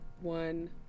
one